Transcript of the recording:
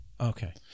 okay